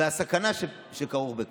ועל הסכנה שכרוכה בכך.